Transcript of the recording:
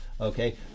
okay